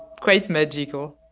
quite magical